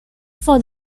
for